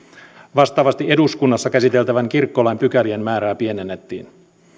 vastaavasti eduskunnassa käsiteltävän kirkkolain pykälien määrää pienennettiin